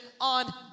on